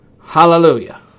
Hallelujah